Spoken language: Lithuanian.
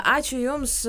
ačiū jums